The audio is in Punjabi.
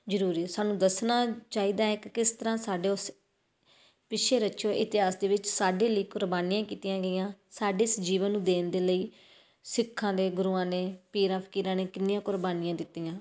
ਜ਼ਰੂਰੀ ਹੈ ਸਾਨੂੰ ਦੱਸਣਾ ਚਾਹੀਦਾ ਹੈ ਕਿ ਕਿਸ ਤਰ੍ਹਾਂ ਸਾਡੇ ਉਸ ਪਿੱਛੇ ਰਚੇ ਹੋਏ ਇਤਿਹਾਸ ਦੇ ਵਿੱਚ ਸਾਡੇ ਲਈ ਕੁਰਬਾਨੀਆਂ ਕੀਤੀਆਂ ਗਈਆਂ ਸਾਡੇ ਇਸ ਜੀਵਨ ਨੂੰ ਦੇਣ ਦੇ ਲਈ ਸਿੱਖਾਂ ਦੇ ਗੁਰੂਆਂ ਨੇ ਪੀਰਾਂ ਫਕੀਰਾਂ ਨੇ ਕਿੰਨੀਆਂ ਕੁਰਬਾਨੀਆਂ ਦਿੱਤੀਆਂ